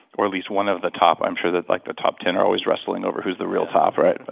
or at least one of the top. i'm sure the like the top ten are always wrestling wrestling over who's the real top right? and but